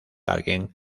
alguien